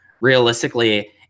realistically